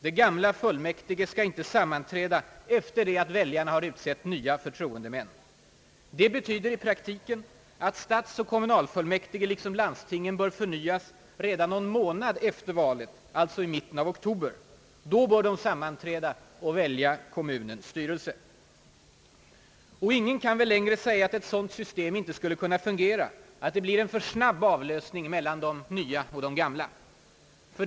De gamla fullmäktige skall inte sammanträda efter det väljarna utsett nya förtroendemän. Detta betyder i praktiken att stadsoch kommunalfullmäktige liksom landstingen bör förnyas redan någon månad efter valet, alltså i mitten av oktober. Då bör de sammanträda och välja kommunens styrelse. Ingen kan väl längre säga att ett sådant system inte skulle kunna fungera, att det blir en för snabb avlösning mellan de nya och de gamla fullmäktige.